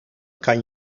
kan